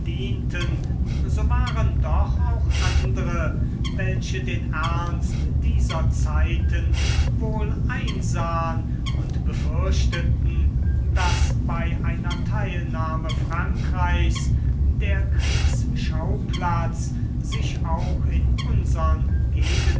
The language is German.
so waren doch auch andre welche den ernst dieser zeiten wohl einsahen und befürchteten daß bei einer teilnahme frankreichs der kriegsschauplatz sich auch in unsern